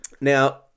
Now